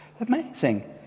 Amazing